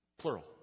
Plural